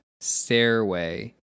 stairway